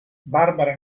barbara